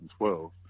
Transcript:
2012